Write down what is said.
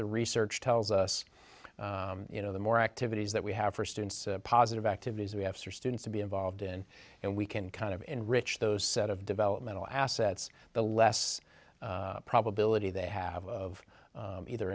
the research tells us you know the more activities that we have for students positive activities we have students to be involved in and we can kind of enrich those set of developmental assets the less probability they have of either